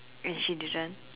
wait shit this one